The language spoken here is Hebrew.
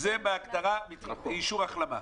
זה בהגדרה אישור החלמה?